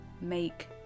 make